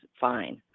fine